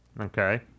Okay